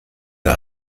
der